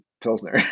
Pilsner